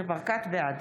בעד